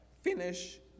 finish